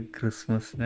Christmas